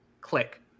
click